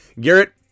Garrett